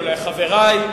או לחברי,